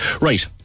Right